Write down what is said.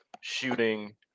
shooting